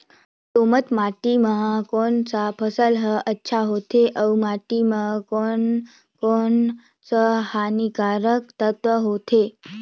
दोमट माटी मां कोन सा फसल ह अच्छा होथे अउर माटी म कोन कोन स हानिकारक तत्व होथे?